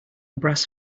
brass